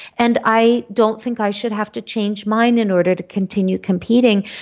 and i don't think i should have to change mine in order to continue competing.